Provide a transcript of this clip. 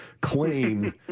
claim